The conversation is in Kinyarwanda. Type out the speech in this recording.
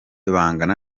bangana